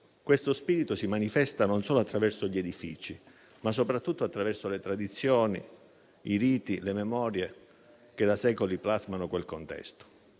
Questo spirito si manifesta non solo attraverso gli edifici, ma anche e soprattutto attraverso le tradizioni, i riti, le memorie che da secoli plasmano quel contesto.